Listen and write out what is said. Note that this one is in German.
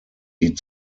die